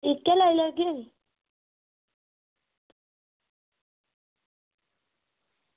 इक्कै लाई लैगे